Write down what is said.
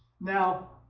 Now